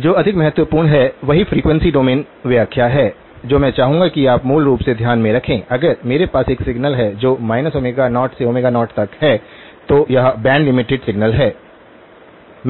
जो अधिक महत्वपूर्ण है वही फ्रीक्वेंसी डोमेन व्याख्या है जो मैं चाहूंगा की आप मूल रूप से ध्यान में रखें अगर मेरे पास एक सिग्नल है जो 0 से 0 तक है तो यह बैंड लिमिटेड सिग्नल है